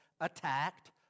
attacked